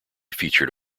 featured